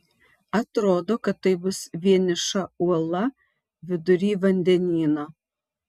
atrodo kad tai bus vieniša uola vidury vandenyno